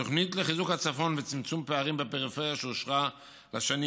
התוכנית לחיזוק הצפון וצמצום פערים בפריפריה אושרה לשנים